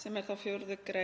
sem er þá 4. gr.